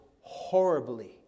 horribly